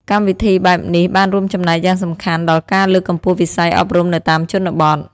កម្មវិធីបែបនេះបានរួមចំណែកយ៉ាងសំខាន់ដល់ការលើកកម្ពស់វិស័យអប់រំនៅតាមជនបទ។